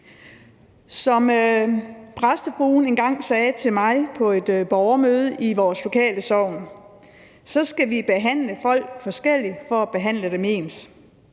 Som præstefruen engang sagde til mig på et borgermøde i vores lokale sogn, skal vi behandle folk forskelligt for at behandle dem ens.